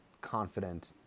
confident